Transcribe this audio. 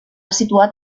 situat